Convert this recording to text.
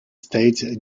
states